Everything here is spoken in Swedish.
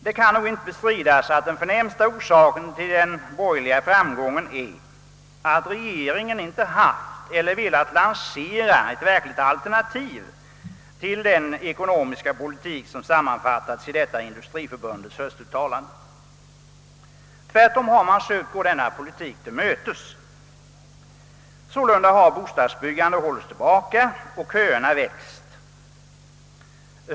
Det kan nog inte bestridas att den främsta orsaken till den borgerliga framgången är att regeringen inte haft eller velat lansera ett verkligt alternativ till den ekonomiska politik, som sammanfattas i detta Industriförbundets höstuttalande. Tvärtom har man sökt gå denna politik till mötes. Sålunda har bostadsbyggandet hållits tillbaka och köerna har växt.